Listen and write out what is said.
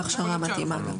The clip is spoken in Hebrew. והכשרה מתאימה.